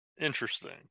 interesting